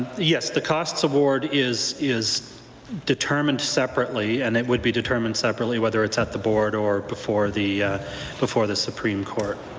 yes, the costs award is is determined separately. and it would be determined separately, whether it's at the bored or before or before the supreme court.